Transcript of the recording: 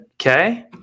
Okay